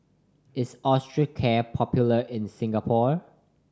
is Osteocare popular in Singapore